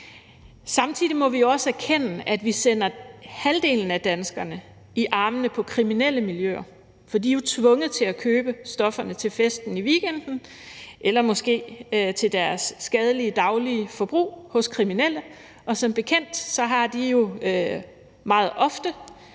Samtidig må vi også erkende, at vi sender halvdelen af danskerne i armene på kriminelle miljøer, for de er jo tvunget til at købe stofferne til festen i weekenden eller måske til deres skadelige daglige forbrug hos kriminelle, og som bekendt har de jo meget ofte